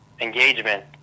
engagement